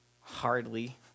Hardly